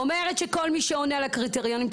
אומרת שכל מי שעונה לקריטריונים,